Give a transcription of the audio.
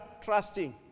trusting